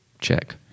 Check